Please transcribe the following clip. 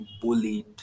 bullied